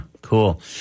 Cool